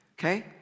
Okay